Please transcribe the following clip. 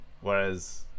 Whereas